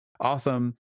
Awesome